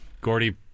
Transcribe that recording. Gordy